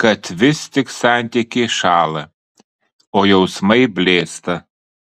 kad vis tik santykiai šąla o jausmai blėsta